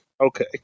Okay